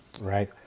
Right